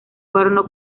cuerno